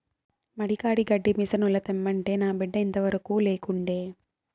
మడి కాడి గడ్డి మిసనుల తెమ్మంటే నా బిడ్డ ఇంతవరకూ లేకుండే